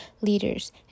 leaders